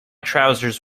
trousers